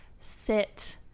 Sit